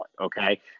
Okay